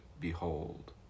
Behold